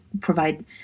provide